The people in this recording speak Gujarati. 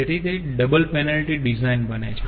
તેથી તે ડબલ પેનલ્ટી ડિઝાઈન બને છે